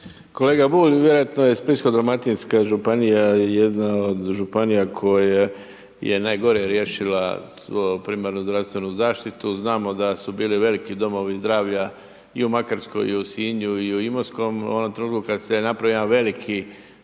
Kolega Bulj, vjerojatno je Splitsko-dalmatinska županija jedna od županija koja je najgore riješila primarnu zdravstvenu zaštitu. Znamo da su bili veliki domovi zdravlja i u Makarskoj i u Sinju i u Imotskom. U onom trenutku kad se je napravio jedan veliki